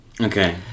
Okay